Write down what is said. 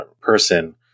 person